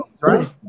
right